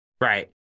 Right